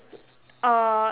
uh